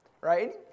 Right